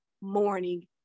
morning